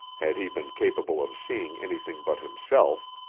had he been capable of seeing anything but himself,